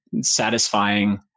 satisfying